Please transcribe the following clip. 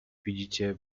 widzicie